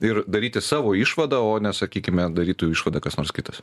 ir daryti savo išvadą o ne sakykime darytų išvadą kas nors kitas